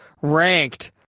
ranked